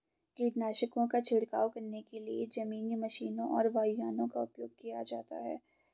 कीटनाशकों का छिड़काव करने के लिए जमीनी मशीनों और वायुयानों का उपयोग किया जाता है